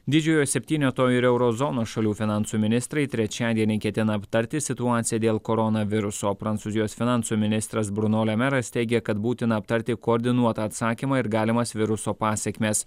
didžiojo septyneto ir euro zonos šalių finansų ministrai trečiadienį ketina aptarti situaciją dėl koronaviruso prancūzijos finansų ministras bruno le meras teigė kad būtina aptarti koordinuotą atsakymą ir galimas viruso pasekmes